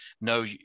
no